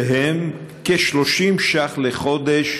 שהם כ-30 שקלים לחודש